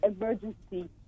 emergency